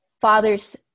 fathers